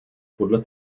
podle